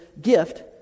gift